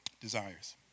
Desires